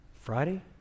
Friday